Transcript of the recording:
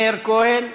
מאיר כהן,